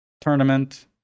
tournament